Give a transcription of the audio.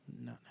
no